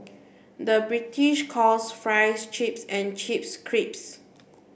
the British calls fries chips and chips